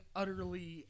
utterly